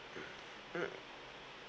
mm